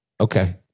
okay